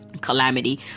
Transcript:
calamity